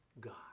God